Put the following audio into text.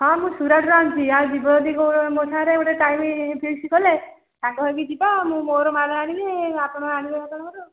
ହଁ ମୁଁ ସୁରାଟରୁ ଆଣିଛି ଆଉ ଯିବ ଯଦି କେଉଁଦିନ ମୋ ସାଙ୍ଗରେ ଗୋଟେ ଟାଇମ୍ ଫିକ୍ସ କଲେ ସାଙ୍ଗ ହେଇକି ଯିବା ମୁଁ ମୋର ମାଲ୍ ଆଣିବି ଆପଣ ଆପଣଙ୍କର